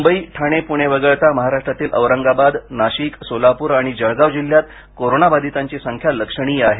मुंबई ठाणे पुणे वगळता महाराष्ट्रातील औरंगाबाद नाशिक सोलापूर आणि जळगाव जिल्ह्यात कोरोना बाधितांची संख्या लक्षणीय आहे